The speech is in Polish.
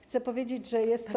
Chcę powiedzieć, że jest to.